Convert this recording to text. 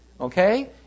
Okay